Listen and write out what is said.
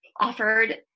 offered